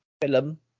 film